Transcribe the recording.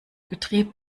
betrieb